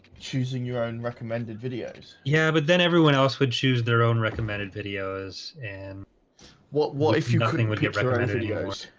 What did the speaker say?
choosing your own recommended videos. yeah, but then everyone else would choose their own recommended videos and what what if you happening with your videos?